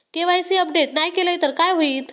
KYC update नाय केलय तर काय होईत?